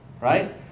right